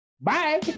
Bye